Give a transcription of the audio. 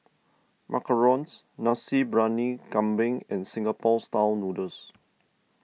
Macarons Nasi Briyani Kambing and Singapore Style Noodles